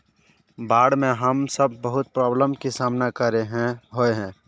बाढ में हम सब बहुत प्रॉब्लम के सामना करे ले होय है?